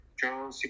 john